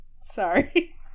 Sorry